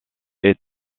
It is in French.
est